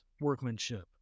workmanship